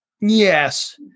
Yes